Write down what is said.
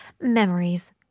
Memories